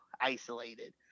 isolated